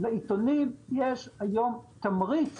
שלעיתונים יש היום תמריץ